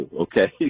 okay